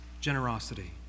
generosity